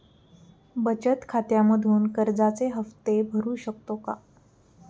बचत खात्यामधून कर्जाचे हफ्ते भरू शकतो का?